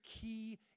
key